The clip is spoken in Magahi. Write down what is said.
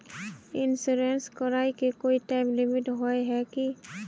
इंश्योरेंस कराए के कोई टाइम लिमिट होय है की?